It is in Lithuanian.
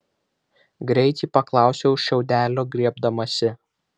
greit ji paklausė už šiaudelio griebdamasi